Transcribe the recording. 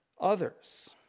others